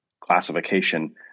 classification